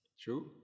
true